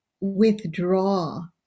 withdraw